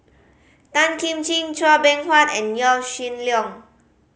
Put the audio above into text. Tan Kim Ching Chua Beng Huat and Yaw Shin Leong